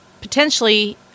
potentially